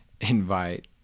invite